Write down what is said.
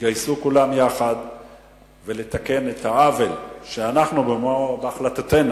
יתגייסו כולם יחד לתקן את העוול שאנחנו בהחלטתנו,